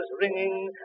ringing